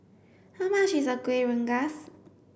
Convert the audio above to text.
how much is a Kuih Rengas